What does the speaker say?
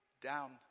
down